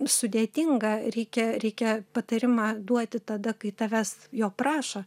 sudėtinga reikia reikia patarimą duoti tada kai tavęs jo prašo